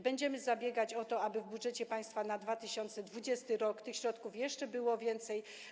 Będziemy zabiegać o to, aby w budżecie państwa na 2020 r. tych środków było jeszcze więcej.